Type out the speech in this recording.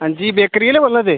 हांजी बेक्करी आह्ले बोल्लै दे